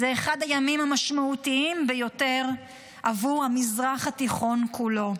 זה אחד הימים המשמעותיים ביותר עבור המזרח התיכון כולו.